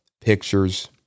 pictures